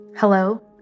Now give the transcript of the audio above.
Hello